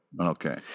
Okay